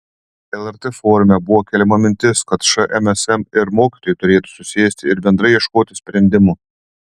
lrt forume buvo keliama mintis kad šmsm ir mokytojai turėtų susėsti ir bendrai ieškoti sprendimų